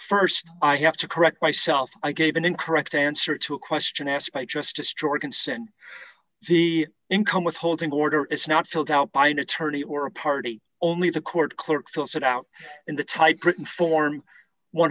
you st i have to correct myself i gave an incorrect answer to a question asked by justice jorgensen the income withholding order is not filled out by an attorney or a party only the court clerk fills it out in the typewritten form one